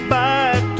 back